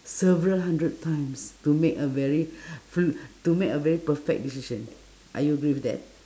several hundred times to make a very fr~ to make a very perfect decision are you agree with that